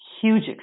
huge